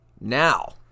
Now